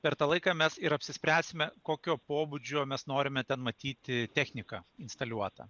per tą laiką mes ir apsispręsime kokio pobūdžio mes norime ten matyti techniką instaliuotą